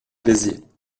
béziers